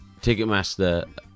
Ticketmaster